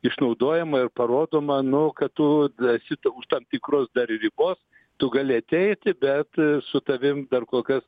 išnaudojama ir parodoma nu kad tu esi tu už tam tikros dar ir ribos tu gali ateiti bet su tavim dar kol kas